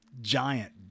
giant